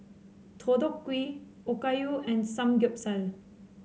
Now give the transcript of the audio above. Deodeok Gui Okayu and Samgeyopsal